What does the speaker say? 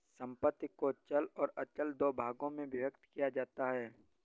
संपत्ति को चल और अचल दो भागों में विभक्त किया जाता है